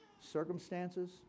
circumstances